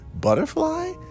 Butterfly